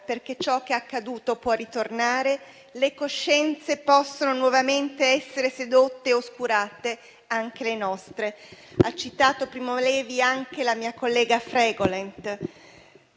perché ciò che è accaduto può ritornare, le coscienze possono nuovamente essere sedotte ed oscurate: anche le nostre»: ha citato Primo Levi anche la mia collega Fregolent.